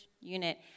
unit